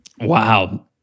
Wow